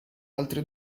altre